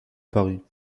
paris